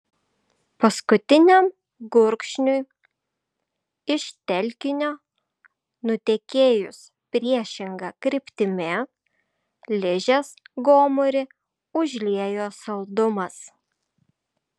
paskutiniam gurkšniui iš telkinio nutekėjus priešinga kryptimi ližės gomurį užliejo saldumas